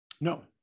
No